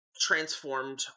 transformed